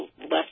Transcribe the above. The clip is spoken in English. left